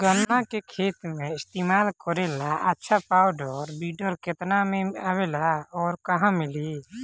गन्ना के खेत में इस्तेमाल करेला अच्छा पावल वीडर केतना में आवेला अउर कहवा मिली?